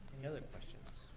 any other questions?